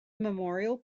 memorial